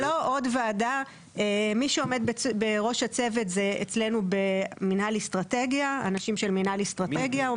מי שעומד בראש הצוות אצלנו אלו אנשים של מנהל אסטרטגיה.